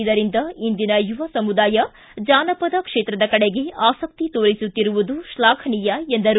ಇದರಿಂದ ಇಂದಿನ ಯುವ ಸಮುದಾಯ ಜಾನಪದ ಕ್ಷೇತ್ರದ ಕಡೆಗೆ ಆಸಕ್ತಿ ತೋರಿಸುತ್ತಿರುವುದು ಶ್ಲಾಘನೀಯ ಎಂದರು